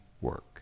work